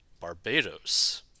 Barbados